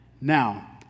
Now